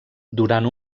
durant